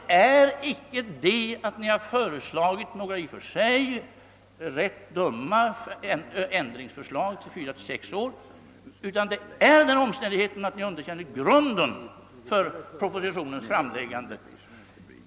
Orsaken är icke det förhållandet, att ni har föreslagit i och för sig rätt dumma ändringar — som en förlängning av övergångstiden från fyra till sex år — utan den omständigheten att ni underkänner grunden för propositionens framläggande.